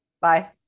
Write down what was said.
Bye